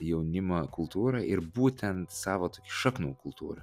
jaunimo kultūrą ir būtent savo šaknų kultūrą